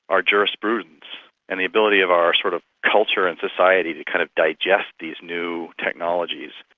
our jurisprudence and the ability of our sort of culture and society to kind of digest these new technologies,